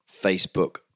Facebook